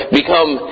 become